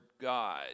God